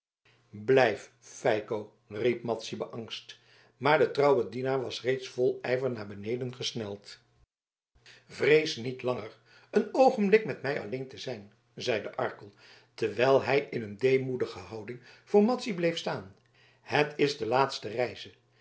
blijf feiko riep madzy beangstigd maar de trouwe dienaar was reeds vol ijver naar beneden gesneld vrees niet langer een oogenblik met mij alleen te zijn zeide arkel terwijl hij in een deemoedige houding voor madzy bleef staan het is de laatste reize